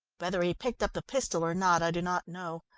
whether he picked up the pistol or not, i do not know.